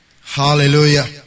Hallelujah